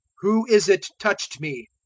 who is it touched me?